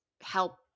help